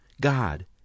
god